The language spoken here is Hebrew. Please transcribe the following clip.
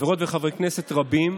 חברות וחברי כנסת רבים